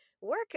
work